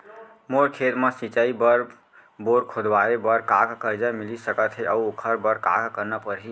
मोर खेत म सिंचाई बर बोर खोदवाये बर का का करजा मिलिस सकत हे अऊ ओखर बर का का करना परही?